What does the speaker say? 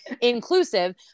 inclusive